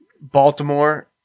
Baltimore